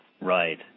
Right